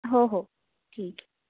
हो हो ठीक आहे